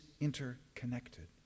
interconnected